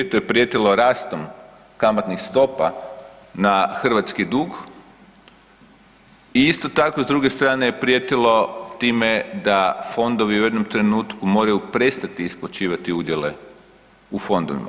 To je prijetilo rastom kamatnih stopa na hrvatski dug i isto tako s druge strane je prijetilo time da fondovi u jednom trenutku moraj prestati isplaćivati udjele u fondovima.